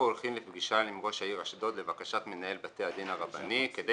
אנחנו הולכים לפגישה עם ראש העיר אשדוד לבקשת מנהל בתי הדין הרבני כדי